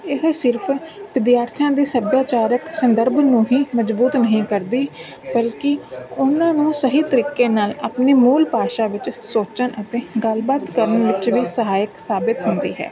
ਇਹ ਹੀ ਸਿਰਫ਼ ਵਿਦਿਆਰਥੀਆਂ ਦੀ ਸੱਭਿਆਚਾਰਕ ਸੰਦਰਭ ਨੂੰ ਹੀ ਮਜ਼ਬੂਤ ਨਹੀਂ ਕਰਦੀ ਬਲਕਿ ਉਹਨਾਂ ਨੂੰ ਸਹੀ ਤਰੀਕੇ ਨਾਲ ਆਪਣੀ ਮੂਲ ਭਾਸ਼ਾ ਵਿੱਚ ਸੋਚਣ ਅਤੇ ਗੱਲਬਾਤ ਕਰਨ ਵਿੱਚ ਵੀ ਸਹਾਇਕ ਸਾਬਿਤ ਹੁੰਦੀ ਹੈ